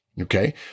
okay